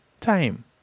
time